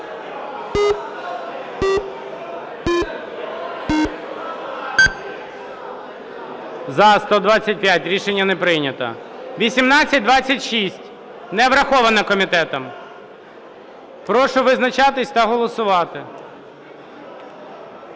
За-125 Рішення не прийнято. 1826, не врахована комітетом. Прошу визначатися та голосувати.